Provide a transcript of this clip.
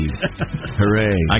Hooray